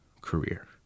career